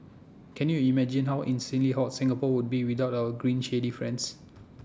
can you imagine how insanely hot Singapore would be without our green shady friends